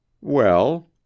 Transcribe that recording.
Well